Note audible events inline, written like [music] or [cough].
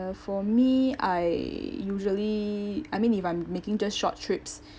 uh for me I usually I mean if I'm making just short trips [breath]